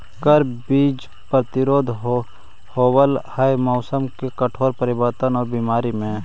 संकर बीज प्रतिरोधी होव हई मौसम के कठोर परिवर्तन और बीमारी में